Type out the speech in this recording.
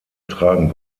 tragen